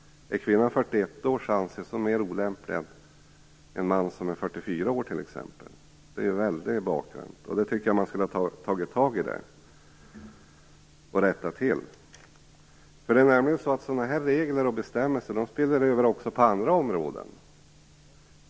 Om kvinnan är 41 år anses hon mer olämplig än en man som är 44 år, t.ex. Detta är väldigt bakvänt, och det skulle man ha tagit tag i och rättat till. Sådana här bestämmelser spiller över också på andra områden.